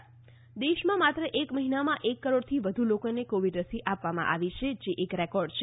Covid દેશમાં માત્ર એક મહિનામાં એક કરોડથી વધુ લોકોને કોવિડ રસી આપવામાં આવી છે જે એક રેકોર્ડ છે